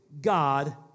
God